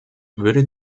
würde